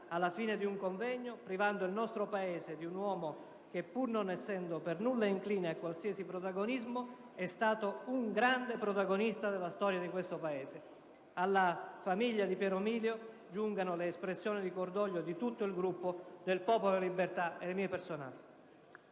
alla fine di un convegno, privando il nostro Paese di un uomo che, pur non essendo per nulla incline a qualsiasi protagonismo, è stato un grande protagonista della storia di questo Paese. Alla famiglia di Piero Milio giungano le espressioni di cordoglio di tutto il Gruppo del Popolo della Libertà e mie personali.